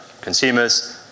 consumers